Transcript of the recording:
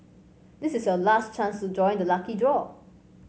this is your last chance to join the lucky draw